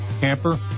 camper